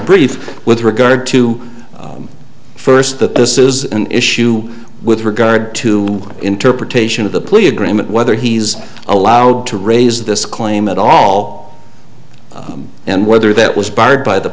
brief with regard to first that this is an issue with regard to interpretation of the plea agreement whether he's allowed to raise this claim at all and whether that was barred by the